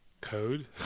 Code